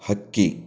ಹಕ್ಕಿ